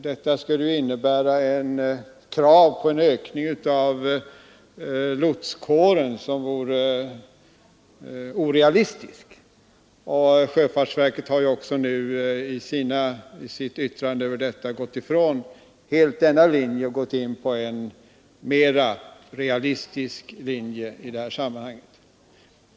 Detta skulle innebära krav på en ökning av lotskåren som vore orealistisk. Sjöfartsverket har i sitt yttrande helt tagit avstånd från utredningens förslag och gått in för en mera realistisk linje.